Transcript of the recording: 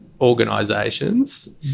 organisations